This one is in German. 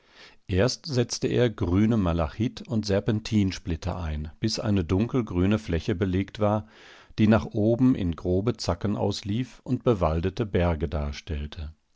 erst setzte er grüne malachit und serpentinsplitter ein bis eine dunkelgrüne fläche belegt war die nach oben in grobe zacken auslief und bewaldete berge darstellte